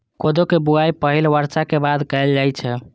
कोदो के बुआई पहिल बर्षा के बाद कैल जाइ छै